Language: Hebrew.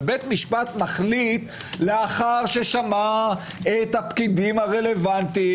אבל בית המשפט מחליט לאחר ששמע את הפקידים הרלוונטיים,